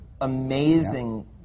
amazing